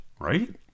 right